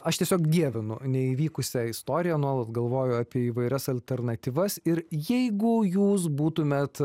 aš tiesiog dievinu neįvykusią istoriją nuolat galvoju apie įvairias alternatyvas ir jeigu jūs būtumėt